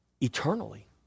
eternally